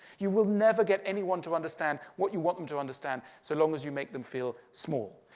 you will never get anyone to understand what you want them to understand so long as you make them feel small.